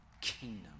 kingdom